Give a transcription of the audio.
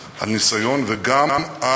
והיא התבססה גם על ניסיון וגם על